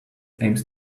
aims